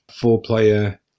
four-player